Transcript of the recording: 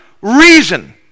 reason